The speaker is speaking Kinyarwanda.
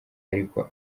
ariko